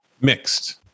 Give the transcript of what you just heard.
Mixed